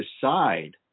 decide